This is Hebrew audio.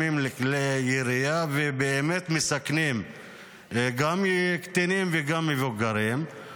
כלי ירייה ובאמת מסכנים גם קטינים וגם מבוגרים.